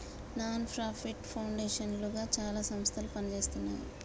non profit foundation లుగా చాలా సంస్థలు పనిజేస్తున్నాయి